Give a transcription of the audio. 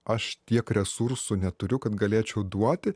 aš tiek resursų neturiu kad galėčiau duoti